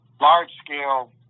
large-scale